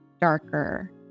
darker